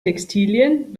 textilien